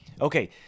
Okay